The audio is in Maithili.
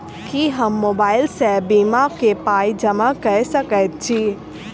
की हम मोबाइल सअ बीमा केँ पाई जमा कऽ सकैत छी?